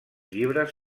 llibres